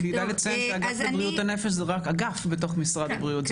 גם כדאי לציין שהאגף לבריאות הנפש זה רק אגף בתוך משרד הבריאות.